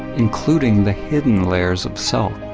including the hidden layers of self.